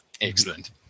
Excellent